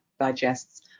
digests